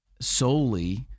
solely